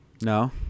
No